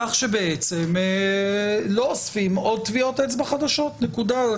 כך שלא אוספים עוד טביעות אצבע חדשות, נקודה.